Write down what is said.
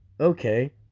okay